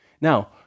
Now